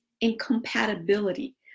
incompatibility